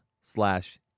slash